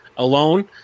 Alone